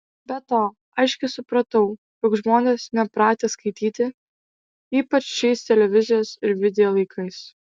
be to aiškiai supratau jog žmonės nepratę skaityti ypač šiais televizijos ir video laikais